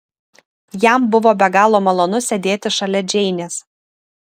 jam buvo be galo malonu sėdėti šalia džeinės